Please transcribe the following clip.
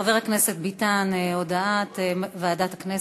חבר הכנסת ביטן, הודעת ועדת הכנסת.